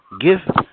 give